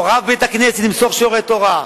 או רב בית-הכנסת ימסור שיעורי תורה,